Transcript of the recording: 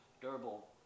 durable